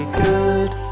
good